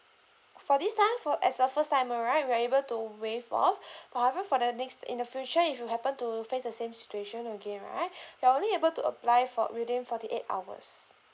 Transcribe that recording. for this time for as a first time right we are able to waive off however for the next in the future if you happen to face the same situation again right you are only able to apply for within forty eight hours